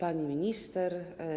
Pani Minister!